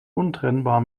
untrennbar